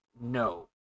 no